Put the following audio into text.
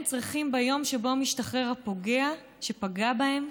והם צריכים, ביום שבו משתחרר הפוגע שפגע בהם,